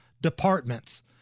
departments